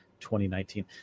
2019